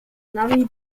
navi